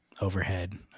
overhead